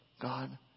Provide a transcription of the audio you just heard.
God